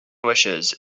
wishes